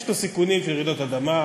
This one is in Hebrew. יש בו סיכונים של רעידות אדמה,